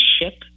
ship